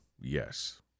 Yes